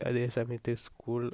അതേസമയത്ത് സ്കൂൾ